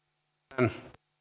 arvoisa herra puhemies